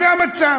זה המצב.